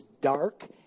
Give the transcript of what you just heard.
dark